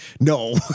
No